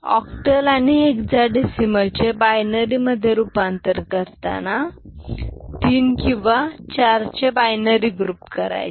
octal आणि hexadecimal चे binary मधे रूपांतर करताना 3 किंवा 4 चे बायनरी ग्रुप करायचे